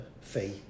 fee